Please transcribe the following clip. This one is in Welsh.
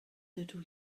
dydw